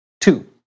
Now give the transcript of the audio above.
two